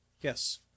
Yes